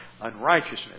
unrighteousness